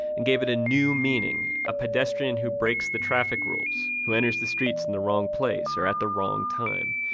and gave it a new meaning, a pedestrian who breaks the traffic rules, who enters the streets in the wrong place or at the wrong time.